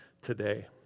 today